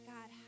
God